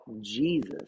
Jesus